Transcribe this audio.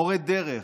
מורה דרך,